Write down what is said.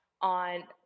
on